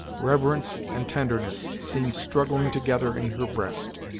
reverence and tenderness seemed struggling together in her breast,